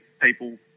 people